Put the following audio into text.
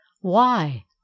Why